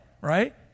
Right